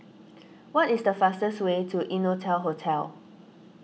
what is the fastest way to Innotel Hotel